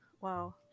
wow